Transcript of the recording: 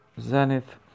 Zenith